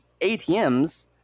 ATMs